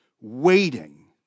Waiting